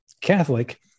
Catholic